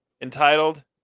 entitled